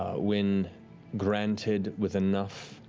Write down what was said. when granted with enough